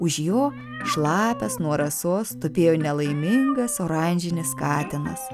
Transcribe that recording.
už jo šlapias nuo rasos tupėjo nelaimingas oranžinis katinas